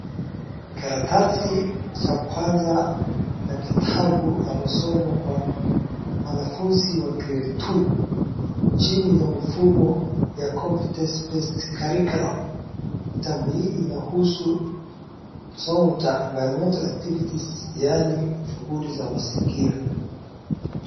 Karatasi ya kwanza ya kitabu la masomo kwa wanafunzi wa grade two chini ya mfumo ya Competence Based Curriculum. Kitabu hii inahusu masomo cha enviromental actvities yani shughuli za mazingira.